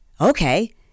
Okay